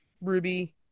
Ruby